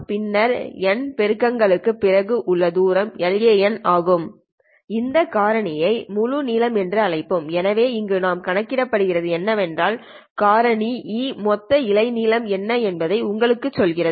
பின்னர் N பெருக்கங்கள்களுக்குப் பிறகு உள்ள தூரம் LaN ஆகும் இந்த காரணியை முழு நீளம் என்று அழைப்போம் எனவே இங்கே நாம் காண்கின்றது என்னவென்றால் காரணி e NαLa மொத்த இழை நீளம் என்ன என்பதை உங்களுக்குச் சொல்கிறது